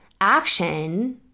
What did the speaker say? action